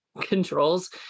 controls